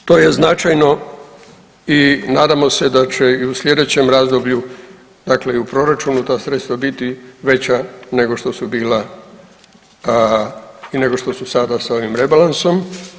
Dakle, to je značajno i nadamo se da će i u sljedećem razdoblju, dakle i u proračunu ta sredstva biti veća nego što su bila i nego što su sada sa ovim rebalansom.